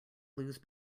lose